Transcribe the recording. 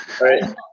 Right